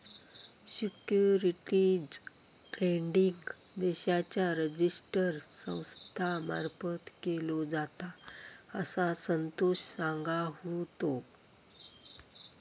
securities trading देशाच्या register संस्था मार्फत केलो जाता, असा संतोष सांगा होतो